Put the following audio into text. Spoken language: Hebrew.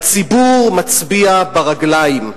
הציבור מצביע ברגליים.